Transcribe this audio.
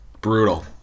brutal